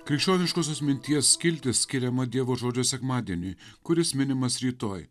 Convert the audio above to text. krikščioniškosios minties skiltis skiriama dievo žodžio sekmadieniui kuris minimas rytoj